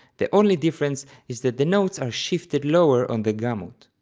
the only difference is that the notes are shifted lower on the gamut.